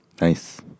Nice